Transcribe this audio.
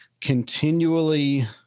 continually